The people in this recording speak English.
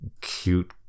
cute